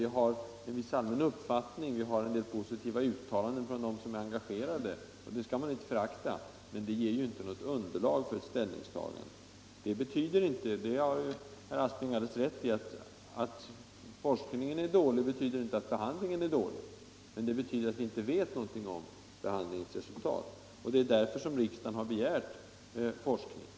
Det finns en viss allmän uppfattning och det har gjorts en del positiva uttalanden från dem som är engagerade. Det skall man inte förakta, men det kan ju inte utgöra något underlag för ett ställningstagande. Att forskningen är dålig betyder inte — det har herr Aspling rätt i — att behandlingen är dålig, men det betyder att vi inte vet någonting om behandlingens resultat. Det är därför riksdagen har begärt forskning.